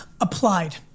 Applied